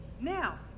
Now